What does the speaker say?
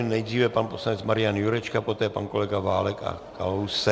Nejdříve pan poslanec Marian Jurečka, poté pan kolega Válek a Kalousek.